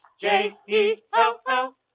J-E-L-L